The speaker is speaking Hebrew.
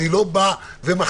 אני לא בא ומכתיב,